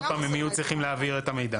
עוד פעם הם יהיו צריכים להעביר את המידע.